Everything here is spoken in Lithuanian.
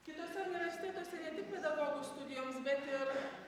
kituose universitetuose ne tik pedagogų studijoms bet ir